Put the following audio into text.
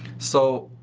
so.